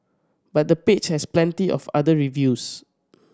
but the page has plenty of other reviews